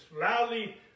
loudly